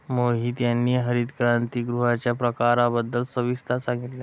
मोहित यांनी हरितगृहांच्या प्रकारांबद्दल सविस्तर सांगितले